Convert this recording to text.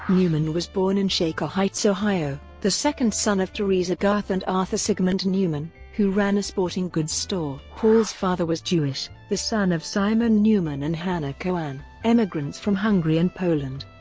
newman was born in shaker heights, ohio, the second son of theresa garth and arthur sigmund newman, who ran a sporting goods store. paul's father was jewish, the son of simon newman and hannah cohn, emigrants from hungary and poland.